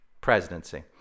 presidency